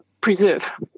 preserve